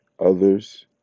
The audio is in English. others